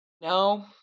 No